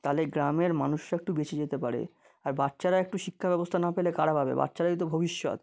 তাহলে গ্রামের মানুষরা একটু বেঁচে যেতে পারে আর বাচ্চারা একটু শিক্ষা ব্যবস্থা না পেলে কারা পাবে বাচ্চারাই তো ভবিষ্যৎ